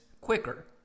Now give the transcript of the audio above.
quicker